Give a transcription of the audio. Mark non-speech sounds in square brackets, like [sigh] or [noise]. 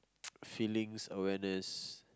[noise] feelings awareness